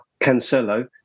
Cancelo